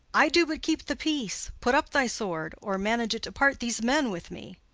i do but keep the peace. put up thy sword, or manage it to part these men with me.